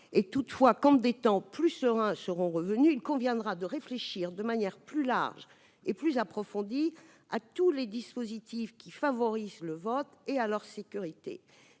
saurait ! Quand des temps plus sereins seront revenus, il conviendra de réfléchir de manière plus large et plus approfondie à tous les dispositifs qui favorisent le vote et à leur sécurité.